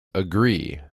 agree